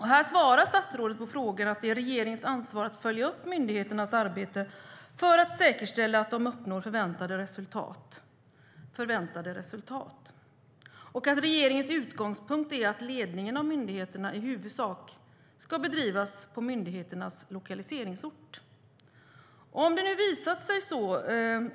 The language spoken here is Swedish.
Här svarade statsrådet: "Det är regeringens ansvar att följa upp myndigheternas arbete för att säkerställa att de uppnår förväntade resultat." Vidare sade han: "Regeringens utgångspunkt är att ledningen av myndigheterna i huvudsak ska bedrivas på myndighetens lokaliseringsort."